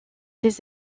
des